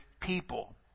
people